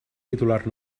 titular